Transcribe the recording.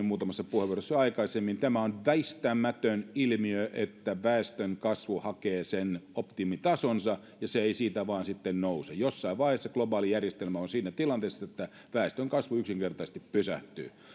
muutamassa puheenvuorossa aikaisemmin tämä on väistämätön ilmiö että väestönkasvu hakee sen optimitasonsa ja se ei siitä vaan sitten nouse jossain vaiheessa globaali järjestelmä on siinä tilanteessa että väestönkasvu yksinkertaisesti pysähtyy